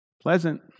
Pleasant